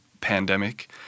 pandemic